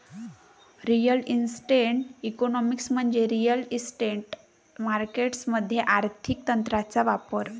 real estate economics म्हणजे real estate markets मध्ये आर्थिक तंत्रांचा वापर